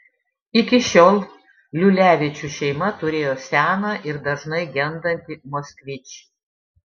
iki šiol liulevičių šeima turėjo seną ir dažnai gendantį moskvič